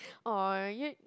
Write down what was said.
!aww! you're